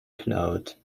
cloud